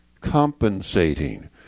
compensating